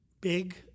big